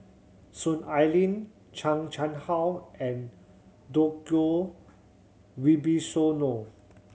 Soon Ai Ling Chan Chang How and Djoko Wibisono